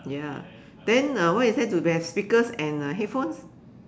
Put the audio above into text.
ya then uh why is that if you have uh speakers and uh headphones